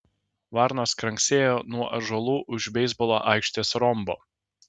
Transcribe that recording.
varnos kranksėjo nuo ąžuolų už beisbolo aikštės rombo